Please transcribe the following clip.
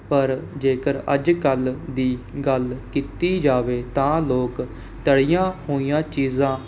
ਪਰ ਜੇਕਰ ਅੱਜ ਕੱਲ੍ਹ ਦੀ ਗੱਲ ਕੀਤੀ ਜਾਵੇ ਤਾਂ ਲੋਕ ਤਲ਼ੀਆਂ ਹੋਈਆਂ ਚੀਜ਼ਾਂ